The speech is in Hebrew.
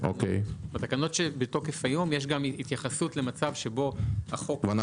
בתקנות שבתוקף היום יש התייחסות למצב שבו החוק- -- אנו